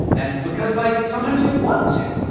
and because, like, sometimes you'll want to.